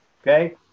Okay